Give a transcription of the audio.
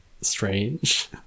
strange